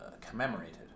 commemorated